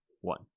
one